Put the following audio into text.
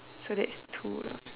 so that's two lah